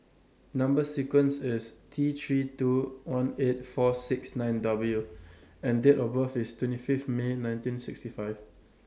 Number sequence IS T three two one eight four six nine W and Date of birth IS twenty Fifth May nineteen sixty five